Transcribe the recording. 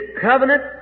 covenant